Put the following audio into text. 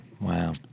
Wow